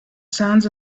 sounds